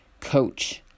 coach